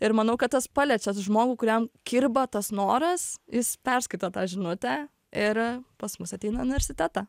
ir manau kad tas paliečia žmogų kuriam kirba tas noras jis perskaito tą žinutę ir pas mus ateina į universitetą